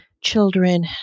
children